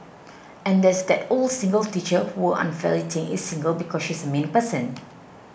and there's that old single teacher who unfairly think is single because she's a mean person